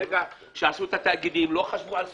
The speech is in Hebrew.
ברגע שעשו את התאגידים, לא חשבו על סוציו-אקונומי,